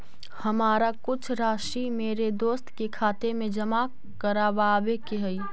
हमारा कुछ राशि मेरे दोस्त के खाते में जमा करावावे के हई